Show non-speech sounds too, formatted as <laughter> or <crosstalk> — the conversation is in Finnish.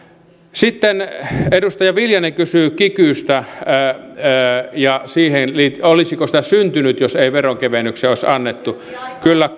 sitten edustaja viljanen kysyy kikystä ja siitä olisiko sitä syntynyt jos ei veronkevennyksiä olisi annettu kyllä <unintelligible>